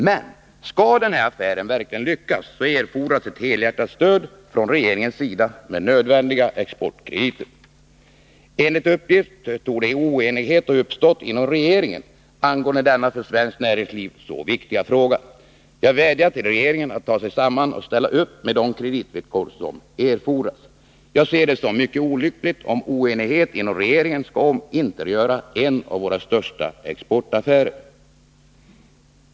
Men skall affären verkligen lyckas, så erfordras ett helhjärtat stöd från regeringens sida med nödvändiga exportkrediter. Enligt uppgift torde emellertid oenighet ha uppstått inom regeringen angående denna för svenskt näringsliv så viktiga fråga. Jag vädjar till regeringen att ta sig samman och ställa upp med de kreditvillkor som erfordras. Jag skulle se det som mycket olyckligt om oenighet inom regeringen skulle omintetgöra en av våra största exportaffärer.